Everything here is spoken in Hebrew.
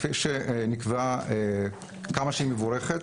כפי שנקבעה וכמה שהיא מבורכת,